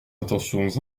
intentions